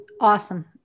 Awesome